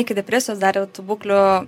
iki depresijos dar yra tų būklių